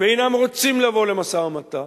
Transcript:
ואינם רוצים לבוא למשא-ומתן,